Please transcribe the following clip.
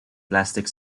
plastic